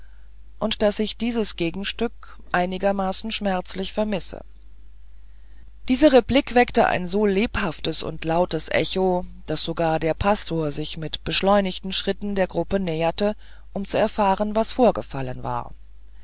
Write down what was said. und daß ich dies gegenstück einigermaßen schmerzlich vermisse diese replik weckte ein so lebhaftes und lautes echo daß sogar der pastor sich mit beschleunigten schritten der gruppe näherte um zu erfahren was vorgefallen sei